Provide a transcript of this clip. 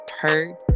heard